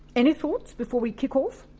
any thoughts before we kick off?